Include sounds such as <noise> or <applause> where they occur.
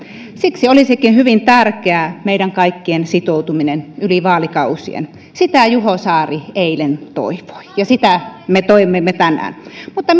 siksi olisikin hyvin tärkeää meidän kaikkien sitoutuminen yli vaalikausien sitä juho saari eilen toivoi ja sitä me toivomme tänään mutta <unintelligible>